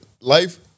life